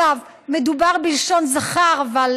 אגב, מדובר בלשון זכר, אבל